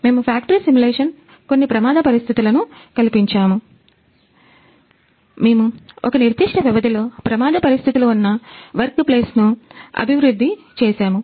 మేము factory simulation కొన్ని ప్రమాద పరిస్థితులను కల్పించాము మేము ఒక నిర్దిష్ట వ్యవధిలో ప్రమాద పరిస్థితులు ఉన్నా వర్క్ ప్లేస్ ను అభివృద్ధి చేసాము